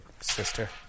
sister